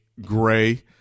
gray